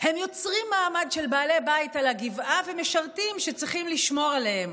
הם יוצרים מעמד של בעלי בית על הגבעה ומשרתים שצריכים לשמור עליהם,